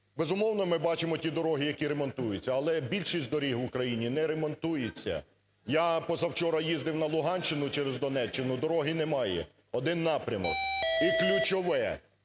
Безумовно, ми бачимо ті дороги, які ремонтується, але більшість доріг в Україні не ремонтується. Я позавчора їздив на Луганщину через Донеччину, дороги немає, один напрямок. І ключове.